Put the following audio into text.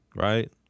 right